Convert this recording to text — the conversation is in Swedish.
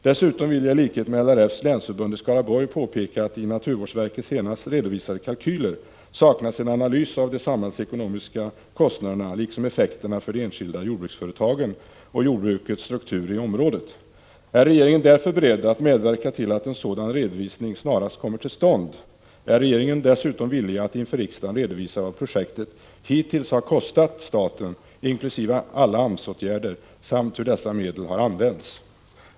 Vidare vill jag, i likhet med LRF:s länsförbund i Skaraborg, påpeka att det i de senaste kalkyler som naturvårdsverket redovisat saknas en analys av de samhällsekonomiska kostnaderna liksom av effekterna för de enskilda jordbruksföretagen och jordbrukets struktur i området. Är regeringen därför beredd att medverka till att en sådan redovisning snarast kommer till stånd? Är regeringen dessutom villig att inför riksdagen redovisa vad projektet hittills har kostat staten, inkl. alla AMS-åtgärder, samt hur dessa medel har använts?